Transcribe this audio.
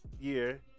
year